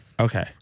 Okay